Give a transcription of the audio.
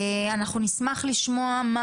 אנחנו נשמח לשמוע,